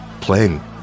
playing